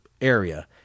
area